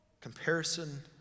Comparison